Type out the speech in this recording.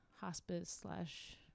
hospice-slash-